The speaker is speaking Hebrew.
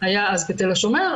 --- היה אז בתל השומר,